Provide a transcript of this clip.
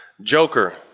Joker